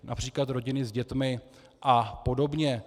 Například rodiny s dětmi apod.